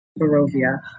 Barovia